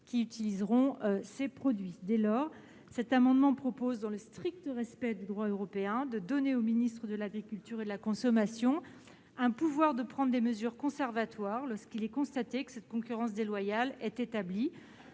qui utiliseront ces produits ? Dès lors, cet amendement vise, dans le strict respect du droit européen, à donner aux ministres de l'agriculture et de la consommation le pouvoir de prendre des mesures conservatoires, lorsqu'il est constaté que cette concurrence déloyale est établie.